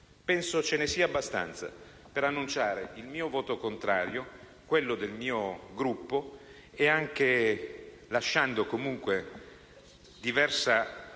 Penso ce ne sia abbastanza per annunciare il mio voto contrario e quello del mio Gruppo, lasciando comunque una diversa